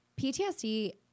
PTSD